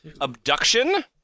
Abduction